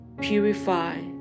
Purify